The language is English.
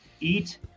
eat